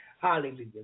Hallelujah